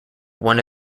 one